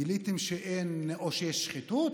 גיליתם שיש שחיתות?